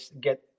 get